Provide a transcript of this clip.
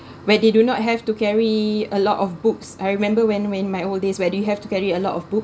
where they do not have to carry a lot of books I remember when when in my old days where do you have to carry a lot of books